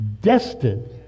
destined